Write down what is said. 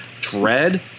Dread